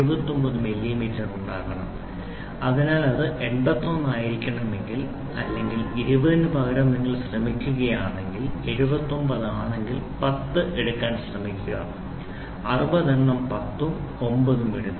00 millimetre ഉണ്ടാക്കണം അതിനാൽ അത് 89 ആയിരിക്കണമെങ്കിൽ അല്ലെങ്കിൽ 20 ന് പകരം നിങ്ങൾ ശ്രമിക്കുകയാണെങ്കിൽ 79 ആണെങ്കിൽ 10 എടുക്കാൻ ശ്രമിക്കുക 60 എണ്ണം 10 ഉം 9 ഉം എടുക്കുക